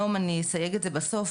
אני אסייג את זה בסוף,